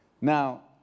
Now